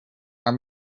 our